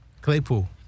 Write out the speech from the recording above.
Claypool